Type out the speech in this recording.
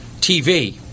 TV